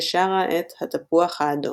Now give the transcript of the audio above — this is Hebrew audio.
ששרה את "התפוח האדום".